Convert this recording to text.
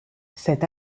cette